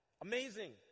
Amazing